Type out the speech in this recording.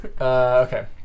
Okay